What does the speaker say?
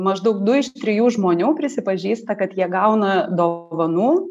maždaug du iš trijų žmonių prisipažįsta kad jie gauna dovanų